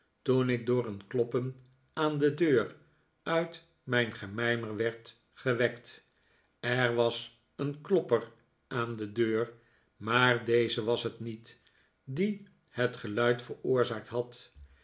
toen ik door een kloppen aan de deur uit mijn gemijmer werd gewekt er was een klopper aan de deur maar deze was het niet die het geluid veroorzaakt had